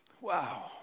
Wow